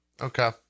Okay